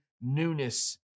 newness